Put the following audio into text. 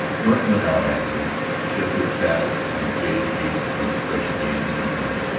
norton went out after him shifted saddle from jaded beast to fresh again and again,